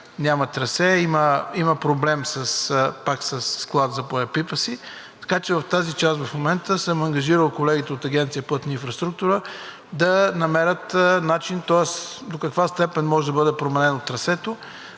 няма трасе, има проблем пак със склад за боеприпаси. Така че в тази част в момента съм ангажирал колегите от Агенция „Пътна инфраструктура“ да намерят начин, тоест до каква степен може да бъде променено трасето,